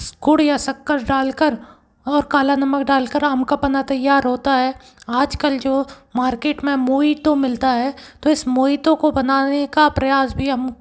गुड़ या शक्कर डाल कर और काला नमक डाल कर आम का पन्ना तैयार होता है आजकल जो मार्केट में मोइतो मिलता है तो इस मोइतो को बनाने का प्रयास भी हम